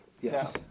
Yes